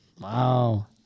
Wow